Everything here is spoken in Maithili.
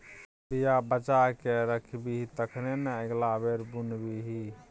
बीया बचा कए राखबिही तखने न अगिला बेर बुनबिही